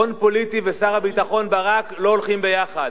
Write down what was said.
הון פוליטי ושר הביטחון ברק לא הולכים ביחד.